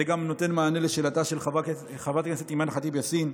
וזה גם נותן מענה על שאלתה של חברת הכנסת אימאן ח'טיב יאסין,